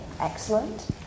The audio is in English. Excellent